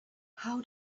how